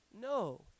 No